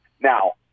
Now